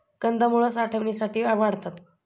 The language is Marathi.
कंदमुळं साठवणीसाठी वाढतात